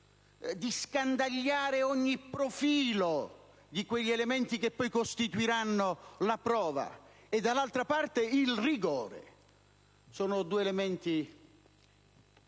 di scandagliare ogni profilo di quegli elementi che poi costituiranno la prova; dall'altra parte, il rigore. Sono due elementi importanti.